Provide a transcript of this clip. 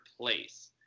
place